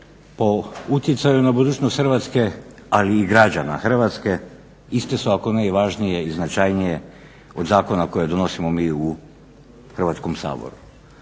po utjecaju na budućnost Hrvatske ali i građana Hrvatske iste su, ako ne i važnije i značajnije od zakona koje donosimo mi u Hrvatskom saboru.